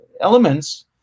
elements